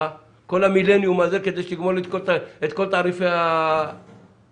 כל המילניום הזה כדי שתסיים את כל תעריפי הטלגרף.